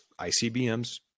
ICBMs